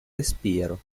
respiro